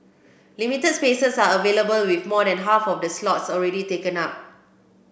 limited spaces are available with more than half of the slots already taken up